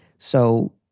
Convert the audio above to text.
so,